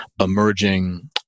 emerging